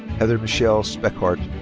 heather michelle speckhart.